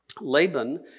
Laban